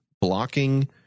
blocking